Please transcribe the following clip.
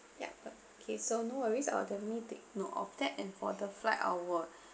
ya but K so no worries I'll definitely take note of that and for the flight I will